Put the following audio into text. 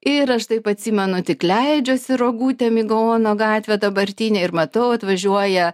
ir aš taip atsimenu tik leidžiuosi rogutėm į gaono gatvę dabartinę ir matau atvažiuoja